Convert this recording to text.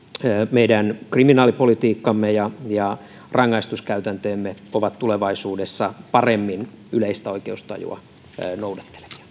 meidän kriminaalipolitiikkamme ja ja rangaistuskäytänteemme ovat tulevaisuudessa paremmin yleistä oikeustajua noudattelevia